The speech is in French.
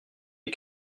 les